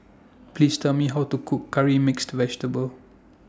Please Tell Me How to Cook Curry Mixed Vegetable